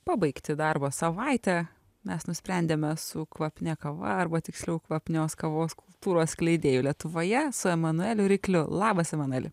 pabaigti darbo savaitę mes nusprendėme su kvapnia kava arba tiksliau kvapnios kavos kultūros skleidėju lietuvoje su emanueliu rykliu labas emanueli